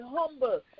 humble